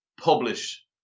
publish